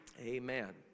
Amen